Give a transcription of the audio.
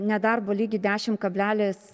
nedarbo lygį dešim kablelis